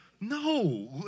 No